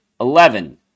eleven